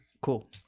Cool